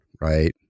right